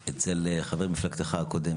כחבר ועדה אצל חבר מפלגתך הקודם